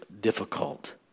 difficult